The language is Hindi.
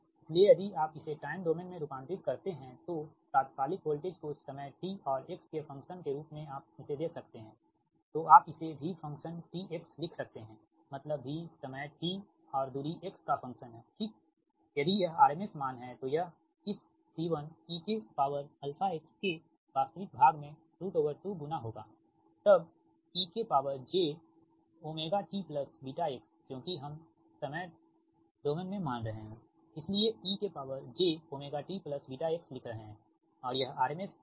इसलिए यदि आप इसे टाइम डोमेन में रूपांतरित करते हैं तो तात्कालिक वोल्टेज को समय t और x के फंक्शन के रूप में आप इसे दे सकते हैं तो आप इसे V फ़ंक्शन t x लिख सकते है मतलब V समय t और दूरी x का फंक्शन है ठीक है यदि यह RMS मान है तो यह इस C1 eαxके वास्तविक भाग में 2 गुणा होगा तब ejωtβx क्योंकि हम समय डोमेन में मान रहे हैं इसीलिए ejωtβx लिख रहे हैं और यह RMS वेल्यू